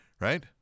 right